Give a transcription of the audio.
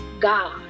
God